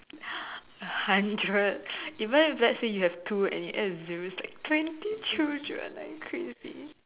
a hundred even if let's say you have two and you add a zero it's like twenty children are you crazy